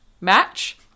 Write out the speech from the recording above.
Match